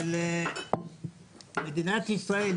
אבל מדינת ישראל,